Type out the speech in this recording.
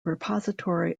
repository